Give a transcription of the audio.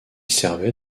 servait